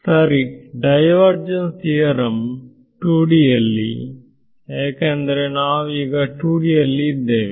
ಸರಿ divergence theorem 2D ಯಲ್ಲಿ ಏಕೆಂದರೆ ನಾವು ಈಗ 2Dಅಲ್ಲಿ ಇದ್ದೇವೆ